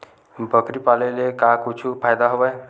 बकरी पाले ले का कुछु फ़ायदा हवय?